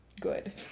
good